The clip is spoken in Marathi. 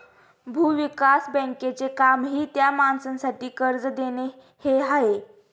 भूविकास बँकेचे कामही त्या माणसासाठी कर्ज देणे हे आहे